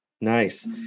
Nice